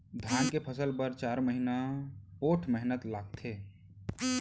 धान के फसल बर चार महिना पोट्ठ मेहनत लागथे